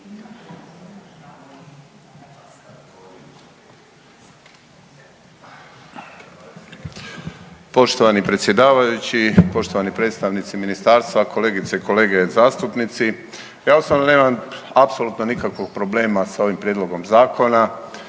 Poštovani predsjedavajući, poštovani predstavnici ministarstva, kolegice i kolege zastupnici. Ja osobno nemam apsolutno nikakvog problema s ovim Prijedlogom zakona.